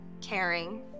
caring